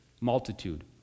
multitude